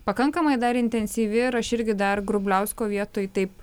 pakankamai dar intensyvi ir aš irgi dar grubliausko vietoj taip